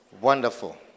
Wonderful